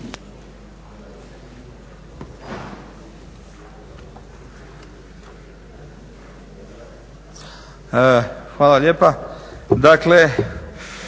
Hvala lijepa. Dakle,